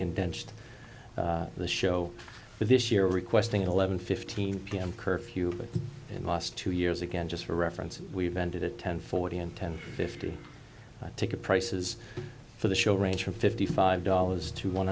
condensed the show for this year requesting an eleven fifteen p m curfew but in last two years again just for reference we've ended at ten forty and ten fifty ticket prices for the show range from fifty five dollars to one